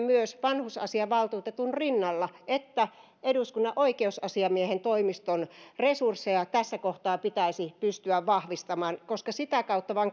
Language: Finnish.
myös vanhusasiavaltuutetun rinnalla että eduskunnan oikeusasiamiehen toimiston resursseja tässä kohtaa pitäisi pystyä vahvistamaan koska sitä kautta vain